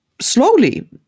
slowly